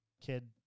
kid